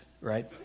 right